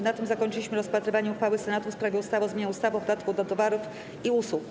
Na tym zakończyliśmy rozpatrywanie uchwały Senatu w sprawie ustawy o zmianie ustawy o podatku od towarów i usług.